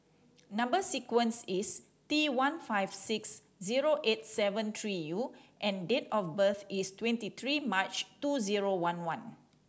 number sequence is T one five six zero eight seven three U and date of birth is twenty three March two zero one one